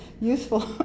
useful